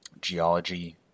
geology